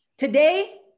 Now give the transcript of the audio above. Today